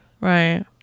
right